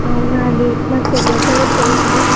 అవునా అండి నాకు తెలియక పోయింది